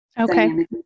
Okay